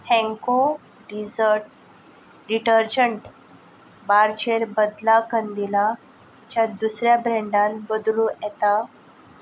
हँको डिजर्ट डिटर्जंट बारचेर बदला कंदिलाच्या दुसऱ्या ब्रँडान बदलू येता